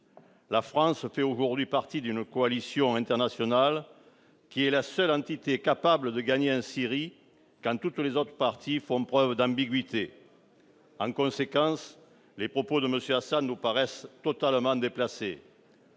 La France fait aujourd'hui partie d'une coalition internationale qui est la seule entité capable de gagner en Syrie, quand toutes les autres parties font preuve d'ambiguïtés. En conséquence, les propos de M. Assad nous paraissent tout à fait déplacés.